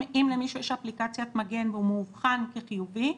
אם למישהו יש אפליקציית מגן והוא מאובחן כחיובי,